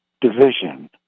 division